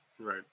right